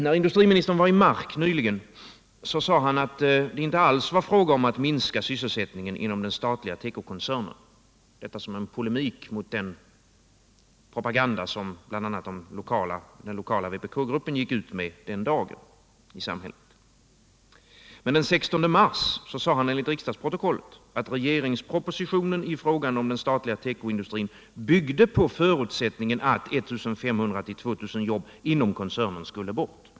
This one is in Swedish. När industriministern var i Mark nyligen sade han att det inte alls var fråga om att minska sysselsättningen inom den statliga tekokoncernen — detta i polemik mot den propaganda som bl.a. den lokala vpk-gruppen gick ut med i samhället den dagen. Men den 16 mars sade han enligt riksdagsprotokollet att regeringspropositionen i frågan byggde på förutsättningen att 1 500-2 000 jobb inom koncernen skulle bort.